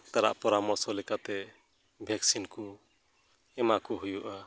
ᱰᱟᱠᱛᱟᱨᱟᱜ ᱯᱚᱨᱟᱢᱚᱨᱥᱚᱞᱮᱠᱟᱛᱮ ᱵᱷᱮᱠᱥᱤᱱ ᱠᱚ ᱮᱢᱟ ᱠᱚ ᱦᱩᱭᱩᱜᱼᱟ